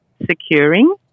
securing